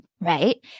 right